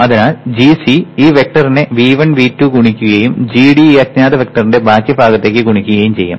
അതിനാൽ gC ഈ വെക്ടറിനെ V1 V2 ഗുണിക്കുകയും gD ഈ അജ്ഞാത വെക്ടറിന്റെ ബാക്കി ഭാഗത്തേക്ക് ഗുണിക്കുകയും ചെയ്യും